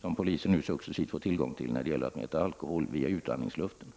som polisen successivt får tillgång till när det gäller att mäta alkohol via utandningsluften.